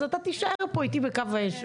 אז אתה תישאר פה איתי בקו האש.